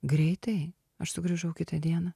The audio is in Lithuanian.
greitai aš sugrįžau kitą dieną